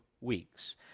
weeks